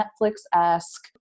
Netflix-esque